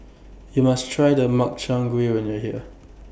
YOU must Try The Makchang Gui when YOU Are here